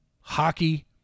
hockey